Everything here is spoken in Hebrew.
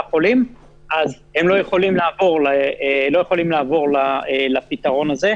חולים אז הם לא יכולים לעבור לפתרון הזה,